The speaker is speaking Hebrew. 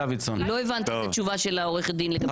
לא הבנתי את התשובה של עורכת הדין לגבי תיקון התקנון.